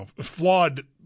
flawed